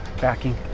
backing